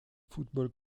football